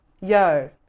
Yo